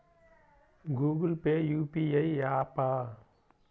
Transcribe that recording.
Google Pay UPI య్యాపా?